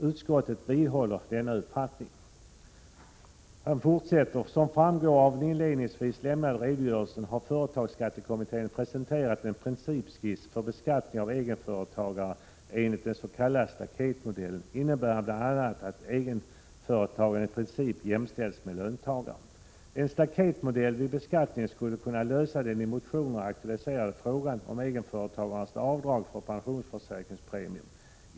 Utskottet vidhåller denna uppfattning.” Utskottet fortsätter: ”Som framgår av den inledningsvis lämnade redogörelsen har företagsskattekommittén presenterat en principskiss för beskattning av egenföretagare enligt en s.k. staketmodell innebärande bl.a. att egenföretagaren i princip jämställs med en löntagare. En staketmodell vid beskattningen skulle kunna lösa den i motionerna aktualiserade frågan om egenföretagares avdrag för pensionsförsäkringspremier.